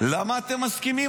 למה אתם מסכימים?